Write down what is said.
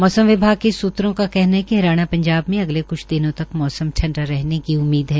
मौसम विभाग के सूत्रों का कहना है कि हरियाणा पंजाब में अगले क्छ दिनों तक मौसम ठंडा रहने उम्मीद है